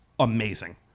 amazing